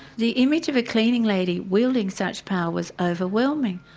the image of a cleaning lady wielding such power was overwhelming,